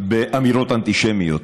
באמירות אנטישמיות.